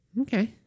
Okay